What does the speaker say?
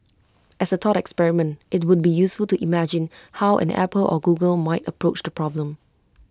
as A thought experiment IT would be useful to imagine how an Apple or Google might approach the problem